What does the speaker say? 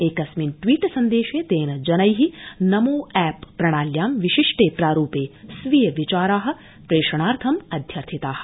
एकस्मिन् ट्वीट सन्देशे तेन जनै नमो एप्प प्रणाल्यां विशिष्टे प्रारुपे स्वीय विचारा प्रेषणार्थमध्यर्थिता